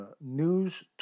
News